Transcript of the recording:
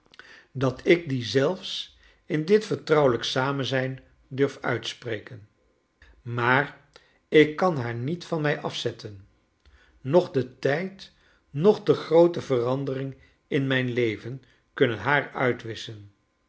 dat ik die zelfs in dit vertrouwelijk samenzijn darf uitspreken maar ik kan haar niet van mij afzetten noch de tijd noch de groote verandering in mijn leven kunnen haar uitwisschen